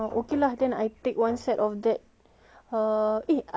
uh eh I saw like they have uh kentang